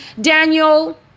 Daniel